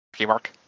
Mark